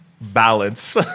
balance